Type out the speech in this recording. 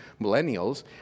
millennials